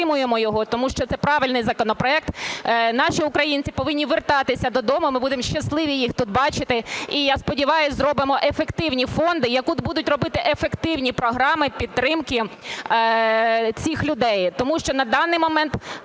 тому що на даний момент